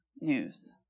news